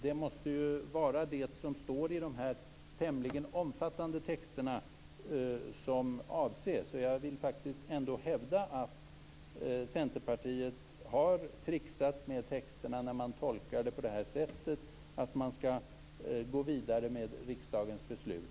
Det måste ju vara det som står i de tämligen omfattande texterna som avses. Jag vill ändå hävda att Centerpartiet har trixat med texterna när man tolkar det så att man skall gå vidare med riksdagens beslut.